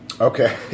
okay